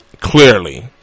clearly